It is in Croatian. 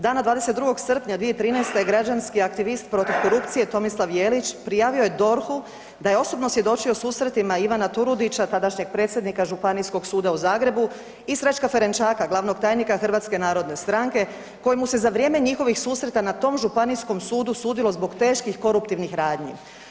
Dana 22. srpnja 2013. građanski aktivist protiv korupcije Tomislav Jelić prijavio je DORH-u da je osobno svjedočio susretima Ivana Turudića, tadašnjeg predsjednika Županijskog suda u Zagrebu i Srećka Ferenčaka, glavnog tajnika HNS-a kojemu se za vrijeme njihovih susreta na tom županijskom sudu sudilo zbog teških koruptivnih radnji.